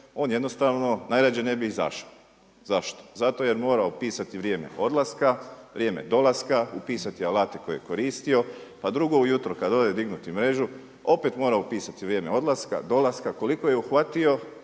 on jednostavno najrađe ne bi izašao. Zašto? Zato jer je morao pisati vrijeme odlaska, vrijeme dolaska, upisati alate koje je koristio, pa drugo jutro kada ode dignuti mrežu opet mora upisati vrijeme odlaska, dolaska, koliko je uhvatio